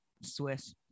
Swiss